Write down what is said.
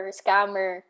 scammer